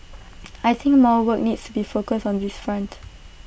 I think more work needs be focused on this front